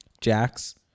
Jack's